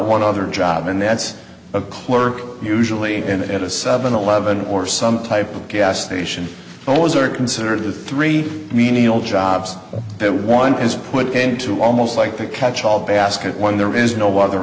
one other job and that's a clerk usually and at a seven eleven or some type of gas station owners are considered the three menial jobs that one is put into almost like a catch all basket when there is no other